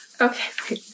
okay